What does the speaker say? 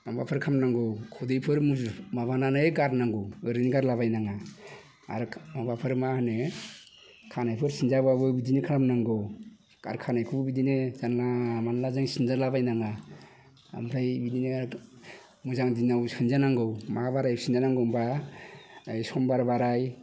माबाफोर खालामनांगौ खुदैफोर मुजु माबानानै गारनांगौ ओरैनो गारलाबायनो नाङा आरो माबाफोर मा होनो खानायफोर सिनजाबाबो बिदिनो खालामनांगौ आरो खानायखौबो बिदिनो जानला मानला जों सिनजालाबायनाङा ओमफ्राय बिदिनो मोजां दिनाव सिनजानांगौ मा बाराय सिनजानांगौ होनबा समबार बाराय